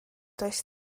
does